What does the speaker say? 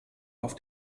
auf